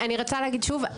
אני רוצה להגיד שוב,